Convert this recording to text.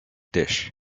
dish